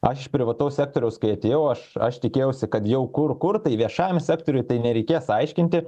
aš privataus sektoriaus kai atėjau aš aš tikėjausi kad jau kur kur tai viešajam sektoriui tai nereikės aiškinti